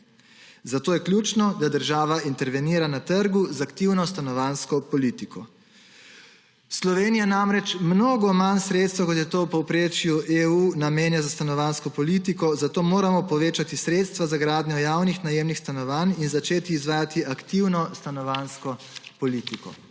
Zato je ključno, da država na trgu intervenira z aktivno stanovanjsko politiko. Slovenija namreč mnogo manj sredstev, kot je to v povprečju EU, namenja za stanovanjsko politiko, zato moramo povečati sredstva za gradnjo javnih najemnih stanovanj in začeti izvajati aktivno stanovanjsko politiko.